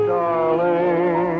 darling